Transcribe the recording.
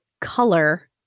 color